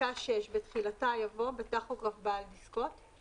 בפסקה (6), בתחילתה יבוא "בטכוגרף בעל דסקות,";